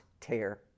tear